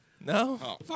no